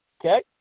okay